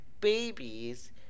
babies